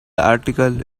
article